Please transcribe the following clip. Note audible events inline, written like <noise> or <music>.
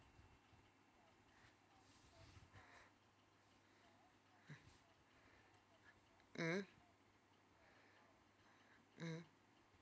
<breath> mmhmm mmhmm